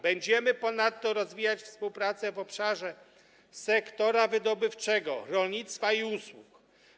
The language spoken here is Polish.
Będziemy ponadto rozwijać współpracę w obszarze sektora wydobywczego, rolnictwa i usług.